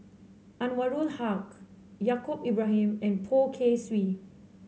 Anwarul Haque Yaacob Ibrahim and Poh Kay Swee